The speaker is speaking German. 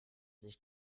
sich